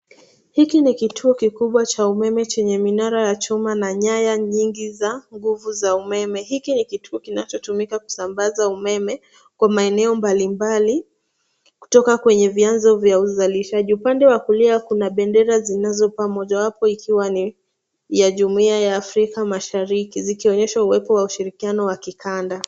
Hiki ni kituo kikubwa cha umeme chenye minara ya chuma na nyaya nyingi za nguvu za umeme. Hiki ni kituo kinachotumika kusambaza umeme kwa maeneo mbali mbali kutoka kwenye vianzo vya uzalishaji. Upande wa kulia kuna bendera zinazopaa, mojawapo ikiwa ni ya Jumuiya ya Afrika Mashariki, zikionyesho uwepo wa ushirikianao wa kikanda.